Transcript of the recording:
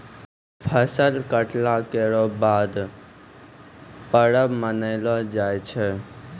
फसल कटला केरो बाद परब मनैलो जाय छै